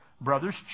Brothers